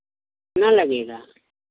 ना लगेगा